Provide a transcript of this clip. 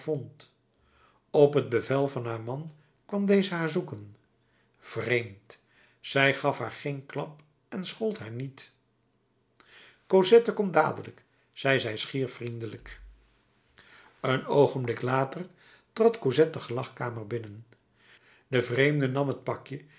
op t bevel van haar man kwam deze haar zoeken vreemd zij gaf haar geen klap en schold haar niet cosette kom dadelijk zei zij schier vriendelijk een oogenblik later trad cosette de gelagkamer binnen de vreemde nam het pakje